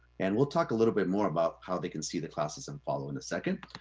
and we'll talk a little bit more about how they can see the classes and follow in a second.